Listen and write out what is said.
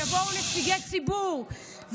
יבואו נציגי ציבור,